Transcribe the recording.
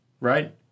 Right